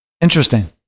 Interesting